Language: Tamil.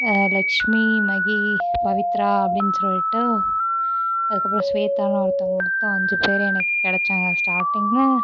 லெக்ஷ்மி மகி பவித்ரா அப்படின்னு சொல்லிட்டு அதுக்கப்புறம் ஸ்வேத்தான்னு ஒருத்தங்க மொத்தம் அஞ்சு பேர் எனக்கு கிடச்சாங்க ஸ்டார்ட்டிங்கில்